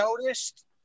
noticed